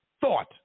Thought